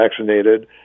vaccinated